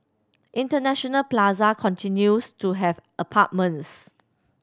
International Plaza continues to have apartments